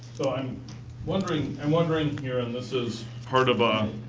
so, i'm wondering and wondering here, and this is part of a